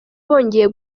bongeye